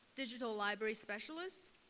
digital library specialist.